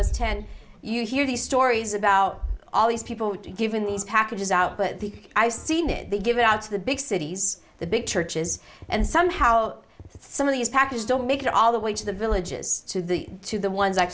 was ten you hear these stories about all these people giving these packages out but the i seen it they give it out to the big cities the big churches and somehow some of these packages don't make it all the way to the villages to the to the ones